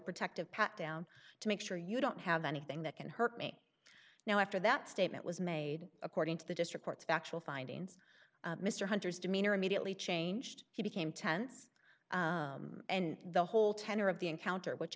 protective pat down to make sure you don't have anything that can hurt me now after that statement was made according to the district court's factual findings mr hunter's demeanor immediately changed he became tense and the whole tenor of the encounter which